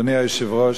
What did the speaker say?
אדוני היושב-ראש,